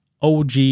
OG